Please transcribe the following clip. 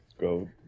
Go